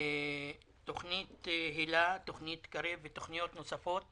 תוכנית היל"ה, תוכנית קרב ותוכניות נוספות